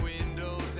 windows